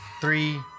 Three